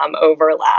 overlap